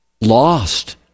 Lost